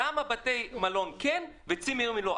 למה בתי מלון כן וצימרים לא?